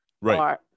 right